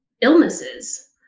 illnesses